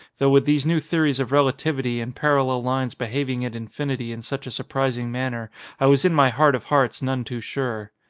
though with these new theories of relativity and parallel lines behaving at infinity in such a sur prising manner i was in my heart of hearts none too sure.